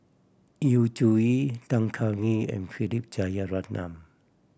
Yu Zhuye Tan Kah Kee and Philip Jeyaretnam